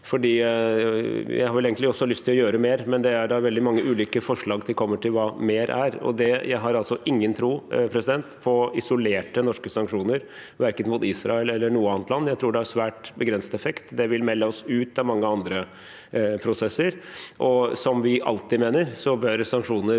jeg har vel egentlig også lyst til å gjøre mer, men det er veldig mange ulike forslag når det gjelder hva «mer» er. Jeg har altså ingen tro på isolerte norske sanksjoner mot verken Israel eller noe annet land. Jeg tror det har svært begrenset effekt. Det vil melde oss ut av mange andre prosesser, og som vi alltid mener, bør sanksjoner